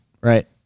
right